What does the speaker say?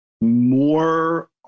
more